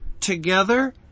together